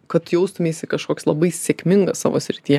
kad jaustumeisi kažkoks labai sėkmingai savo srityje